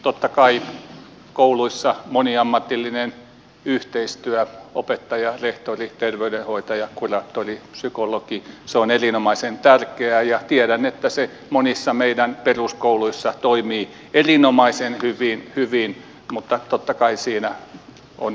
totta kai kouluissa moniammatillinen yhteistyö opettaja rehtori terveydenhoitaja kuraattori psykologi on erinomaisen tärkeää ja tiedän että se monissa meidän peruskouluissamme toimii erinomaisen hyvin mutta totta kai siinä on myöskin puutteita